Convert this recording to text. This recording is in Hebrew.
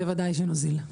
בוודאי שנוזיל.